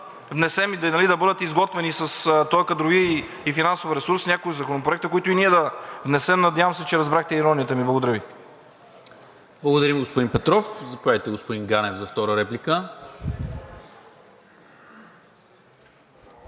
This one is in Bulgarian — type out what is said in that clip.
внесем и да бъдат изготвени с този кадрови и финансов ресурс някои законопроекти, които и ние да внесем. Надявам се, че разбрахте иронията ми. Благодаря Ви. ПРЕДСЕДАТЕЛ НИКОЛА МИНЧЕВ: Благодаря Ви, господин Петров. Заповядайте, господин Ганев за втора реплика.